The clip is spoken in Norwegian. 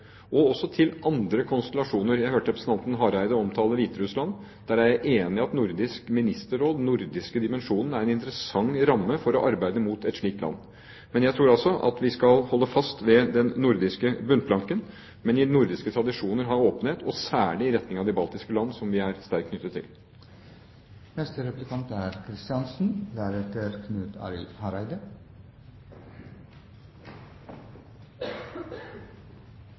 og også til andre konstellasjoner. Jeg hørte representanten Hareide omtale Hviterussland. Der er jeg enig i at Nordisk Ministerråd, den nordiske dimensjonen, er en interessant ramme for å arbeide mot et slikt land. Jeg tror imidlertid at vi skal holde fast ved den nordiske bunnplanken, men i samsvar med de nordiske tradisjoner ha åpenhet, særlig i retning av de baltiske land, som vi er sterkt knyttet til.